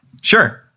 Sure